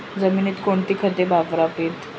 जमिनीत कोणती खते वापरावीत?